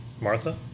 Martha